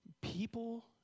people